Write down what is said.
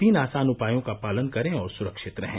तीन आसान उपायों का पालन करें और सुरक्षित रहें